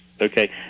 Okay